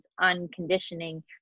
unconditioning